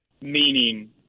meaning